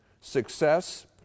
Success